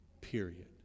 period